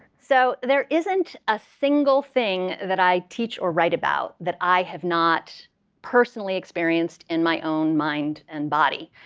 so there isn't a single thing that i teach or write about that i have not personally experienced in my own mind and body.